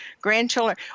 grandchildren